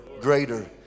greater